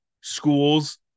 schools